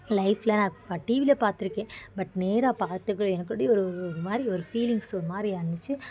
லைஃப்ல நான் இப்போ டிவியில பார்த்துருக்கேன் பட் நேராக பார்த்துக்கவே எனக்கு அப்படே ஒரு ஒருமாதிரி ஒரு ஃபீலிங்ஸ் ஒருமாதிரி ஆணுச்சு